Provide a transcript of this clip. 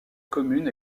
commune